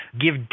give